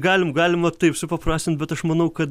galim galima taip supaprastint bet aš manau kad